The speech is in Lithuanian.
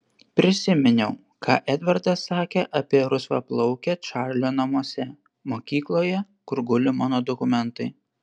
prisiminiau ką edvardas sakė apie rusvaplaukę čarlio namuose mokykloje kur guli mano dokumentai